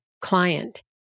client